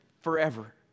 forever